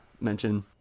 mention